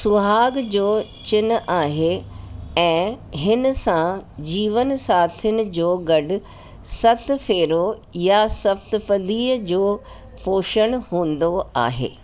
सुहाग जो चिन आहे ऐं हिन सां जीवन साथियुनि जो गॾ सत फेरो या सप्तपदीअ जो पोशण हूंदो आहे